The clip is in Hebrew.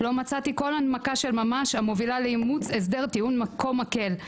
לא מצאתי כל הנמקה של ממש המובילה לאימוץ הסדר טיעון כה מקל.